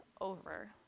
over